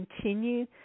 continue